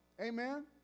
Amen